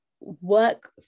work